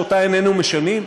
שאותה איננו משנים,